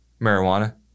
marijuana